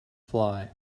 fly